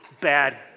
bad